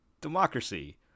Democracy